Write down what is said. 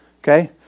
Okay